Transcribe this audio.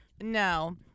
No